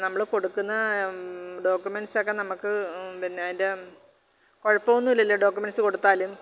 നമ്മള് കൊടുക്കുന്ന ഡോക്യുമെന്സ് ഒക്കെ നമുക്ക് പിന്നെ അതിന്റെ കുഴപ്പം ഒന്നും ഇല്ലല്ലോ ഡോക്യുമെന്സ് കൊടുത്താലും